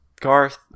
Garth